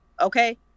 okay